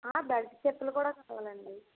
ఆ బెల్ట్ చెప్పులు కూడా కావాలండి